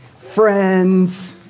Friends